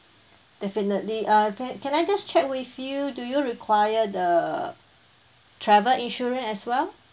definitely uh can can I just check with you do you require the travel insurance as well